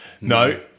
no